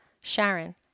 Sharon